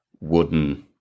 wooden